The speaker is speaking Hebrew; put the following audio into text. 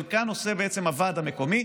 את חלקן עושה בעצם הוועד המקומי,